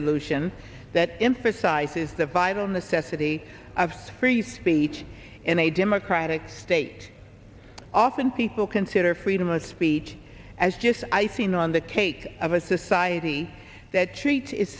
solutions that emphasizes the vital necessity of free speech in a democratic state often people consider freedom of speech as just icing on the cake of a society that treats its